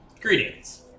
Greetings